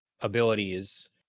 abilities